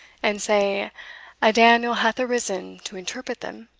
and say a daniel hath arisen to interpret them,